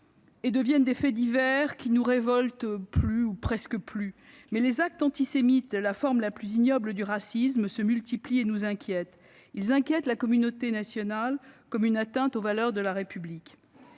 ils deviennent des faits divers ; ils ne nous révoltent plus, ou presque plus. Quant aux actes antisémites, forme la plus ignoble du racisme, ils se multiplient eux aussi, et nous inquiètent. Ils inquiètent la communauté nationale, car ils sont une atteinte aux valeurs de la République.